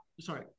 Sorry